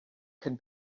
can